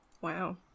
Wow